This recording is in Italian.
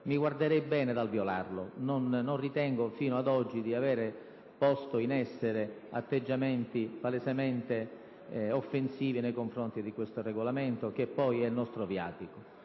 mi guarderei bene dal violarlo; non ritengo di aver posto in essere, fino ad oggi, atteggiamenti palesemente offensivi nei confronti di questo Regolamento, che è poi il nostro viatico.